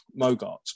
Mogart